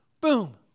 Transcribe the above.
boom